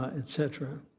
ah et cetera.